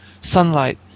sunlight